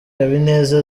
habineza